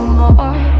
more